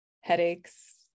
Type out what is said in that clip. headaches